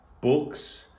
books